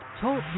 Talk